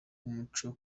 y’umuco